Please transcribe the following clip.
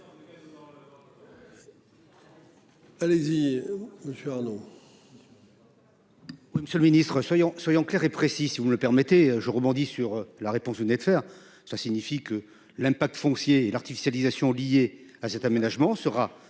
Allez-y monsieur Arnault.